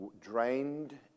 drained